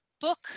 book